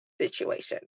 situation